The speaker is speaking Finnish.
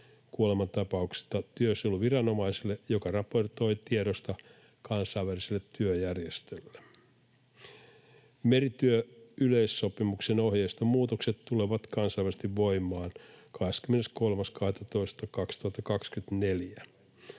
kuolemantapauksista työsuojeluviranomaiselle, joka raportoi tiedosta Kansainväliselle työjärjestölle. Merityöyleissopimuksen ohjeiston muutokset tulevat kansainvälisesti voimaan 23.12.2024.